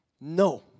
No